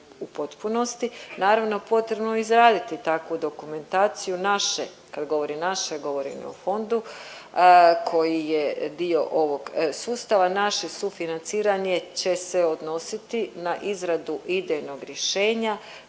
u potpunosti, naravno potrebno je izraditi takvu dokumentacije, naše, kad govorim naše govorim o Fondu koji je dio ovog sustava. Naše sufinanciranje će se odnositi na izradu idejnog rješenja,